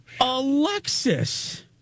Alexis